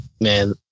man